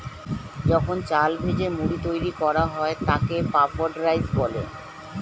যখন চাল ভেজে মুড়ি তৈরি করা হয় তাকে পাফড রাইস বলে